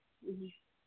ᱦᱮᱸ